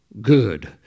good